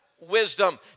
Wisdom